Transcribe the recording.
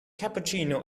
cappuccino